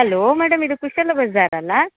hello madam ಇದು ಕುಶಾಲ ಬಜಾರ್ ಅಲಾ